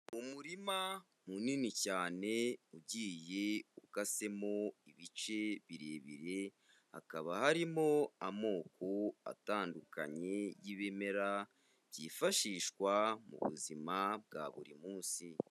Umurima munini cyane ugiye ukasemo ibice birebire, hakaba harimo amoko atandukanye y'ibimera, byifashishwa mu buzima bwa buri munsi.